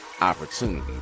opportunity